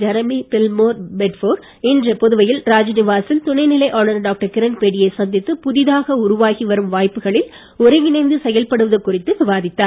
Jeremy Pilmore Bedford இன்று புதுவை ராஜ்நிவாசில் துணைநிலை ஆளுநர் டாக்டர் கிரண்பேடியை சந்தித்து புதிதாக உருவாகி வரும் வாய்ப்புகளில் ஒருங்கிணைந்து செயல்படுவது குறித்து விவாதித்தார்